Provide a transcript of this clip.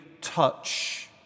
touch